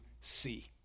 see